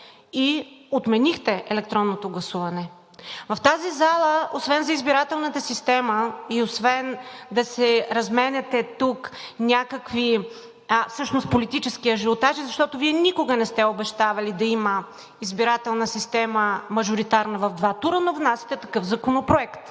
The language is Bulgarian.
и отменихте електронното гласуване. В тази зала освен за избирателната система и освен да си разменяте тук някакви, всъщност политически ажиотажи, защото Вие никога не сте обещавали да има избирателна система – мажоритарна в два тура, но внасяте такъв законопроект,